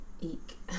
eek